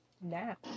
Nap